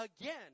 again